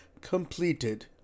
completed